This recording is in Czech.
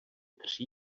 tří